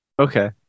okay